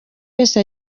wese